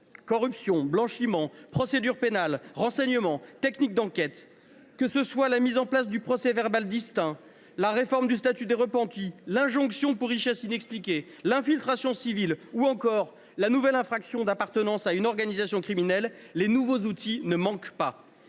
Corruption, blanchiment, procédure pénale, renseignement, techniques d’enquêtes… Que ce soit la mise en place du procès verbal distinct, la réforme du statut des repentis, l’injonction pour richesse inexpliquée, l’infiltration civile ou encore la nouvelle infraction d’appartenance à une organisation criminelle, les nouveaux outils ne manquent pas.